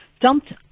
dumped